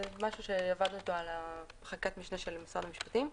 זה משהו שעבדנו איתו על חקיקת משנה של משרד המשפטים.